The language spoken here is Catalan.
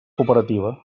cooperativa